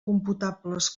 computables